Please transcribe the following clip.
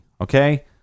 okay